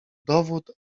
dowód